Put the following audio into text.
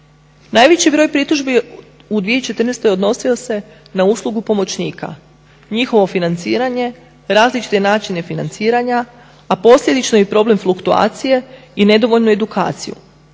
Najveći broj pritužbi u 2014.odnosio se na uslugu pomoćnika, njihovo financiranje te različite načine financiranja a posljedično i problem fluktuacije i nedovoljnu edukaciju.